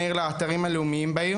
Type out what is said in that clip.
התלמידים לבין העיר והאתרים הלאומיים שלה,